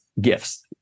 gifts